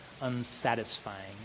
unsatisfying